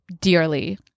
dearly